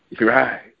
Right